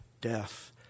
death